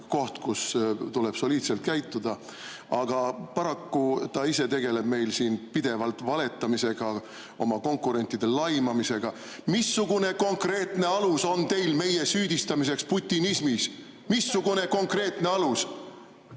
koht, kus tuleb soliidselt käituda. Aga paraku ta ise tegeleb meil siin pidevalt valetamisega, oma konkurentide laimamisega. Missugune konkreetne alus on teil meie süüdistamiseks putinismis? Missugune konkreetne alus?